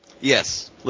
Yes